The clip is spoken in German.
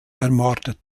ermordet